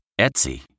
Etsy